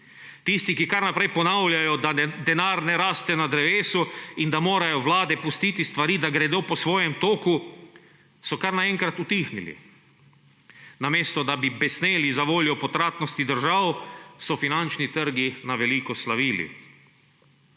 Tisti, ki kar naprej ponavljajo, da denar ne raste na drevesu in da morajo vlade pustiti stvari, da gredo po svojem toku, so kar naenkrat utihnili. Namesto da bi besneli zavoljo potratnosti držav, so finančni trgi na veliko slavili.